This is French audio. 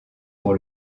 pour